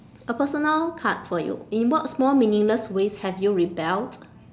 a personal card for you in what small meaningless ways have you rebelled